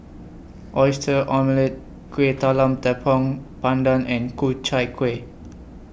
Oyster Omelette Kuih Talam Tepong Pandan and Ku Chai Kueh